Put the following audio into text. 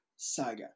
Saga